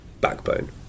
backbone